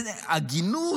אין הגינות,